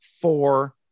four